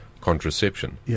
contraception